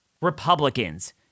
Republicans